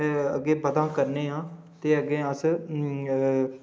अग्गै बधै करने आं ते अग्गैं अस ऊं ऊं